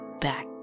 back